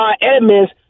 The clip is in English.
Edmonds